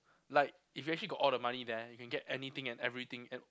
like if you actually got all the money there you can get anything and everything and